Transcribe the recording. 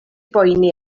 boeni